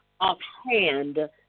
offhand